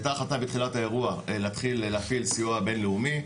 הייתה החלטה בתחילת האירוע להתחיל להפעיל סיוע בין לאומי,